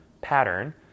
pattern